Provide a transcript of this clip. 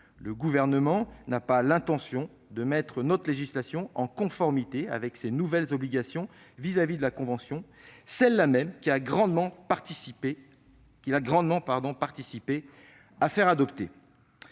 le Gouvernement n'a pas l'intention de mettre notre législation en conformité avec ses nouvelles obligations vis-à-vis de la convention, celle-là même qu'il a grandement contribué à faire adopter.